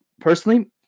personally